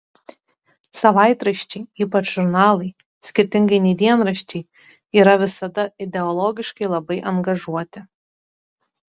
savaitraščiai ypač žurnalai skirtingai nei dienraščiai yra visada ideologiškai labai angažuoti